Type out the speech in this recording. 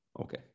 Okay